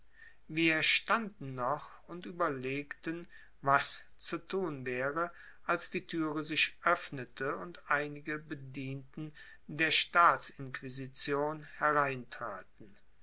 wir standen noch und überlegten was zu tun wäre als die türe sich öffnete und einige bedienten der staatsinquisition hereintraten